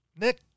Nick